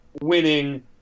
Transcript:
winning